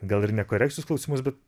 gal ir nekorekcinius klausimus bet